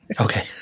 Okay